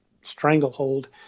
stranglehold